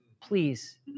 Please